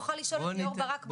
נוכל לשאול את ליאור ברק בסוף.